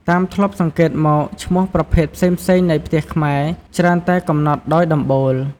តាមធ្លាប់សង្កេតមក ឈ្មោះប្រភេទផ្សេងៗនៃផ្ទះខ្មែរច្រើនតែកំណត់ដោយដំបូល។